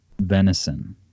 venison